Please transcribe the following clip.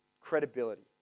credibility